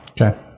Okay